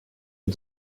est